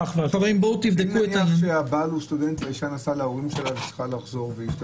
הבעל הוא סטודנט והאישה נסעה להורים שלה והיא צריכה לחזור.